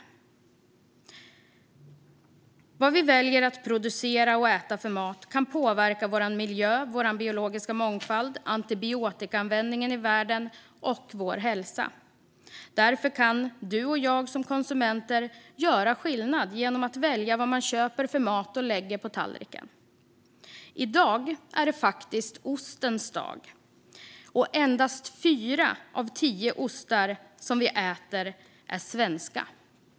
Vilken mat vi väljer att producera och äta kan påverka vår miljö, vår biologiska mångfald, antibiotikaanvändningen i världen och vår hälsa. Därför kan du och jag som konsumenter göra skillnad genom att välja vad vi köper för mat och lägger på tallriken. I dag är det faktiskt ostens dag, och endast fyra av tio ostar som vi äter är svenska.